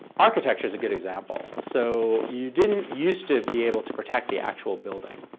architecture's a good example. so you didn't used to be able to protect the actual building.